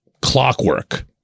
clockwork